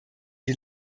die